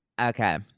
Okay